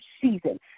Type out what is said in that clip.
season